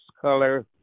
color